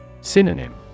Synonym